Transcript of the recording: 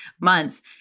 months